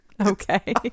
Okay